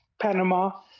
Panama